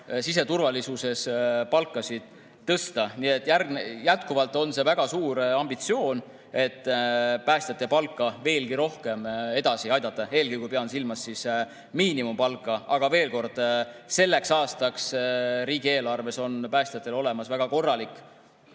siseturvalisuses palka tõsta. Nii et jätkuvalt on see väga suur ambitsioon, et päästjate palka veelgi rohkem edasi aidata. Eelkõige pean silmas miinimumpalka. Aga veel kord: selleks aastaks on riigieelarves päästjatel olemas väga korralik